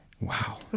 Wow